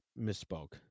misspoke